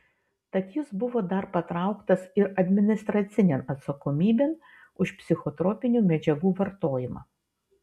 tad jis buvo dar patrauktas ir administracinėn atsakomybėn už psichotropinių medžiagų vartojimą